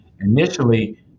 Initially